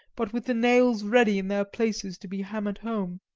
but with the nails ready in their places to be hammered home.